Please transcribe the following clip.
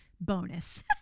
Bonus